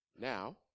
now